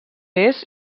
est